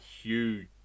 huge